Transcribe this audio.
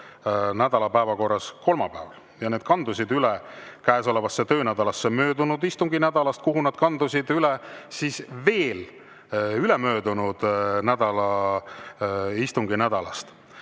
nädala päevakorras kolmapäeval. Need kandusid käesolevasse töönädalasse üle möödunud istunginädalast, kuhu nad kandusid üle veel ülemöödunud istunginädalast.